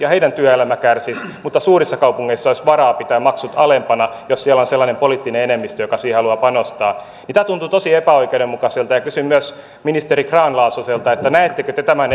ja heidän työelämänsä kärsisi mutta suurissa kaupungeissa olisi varaa pitää maksut alempana jos siellä on sellainen poliittinen enemmistö joka siihen haluaa panostaa tämä tuntuu tosi epäoikeudenmukaiselta ja kysyn myös ministeri grahn laasoselta näettekö te tämän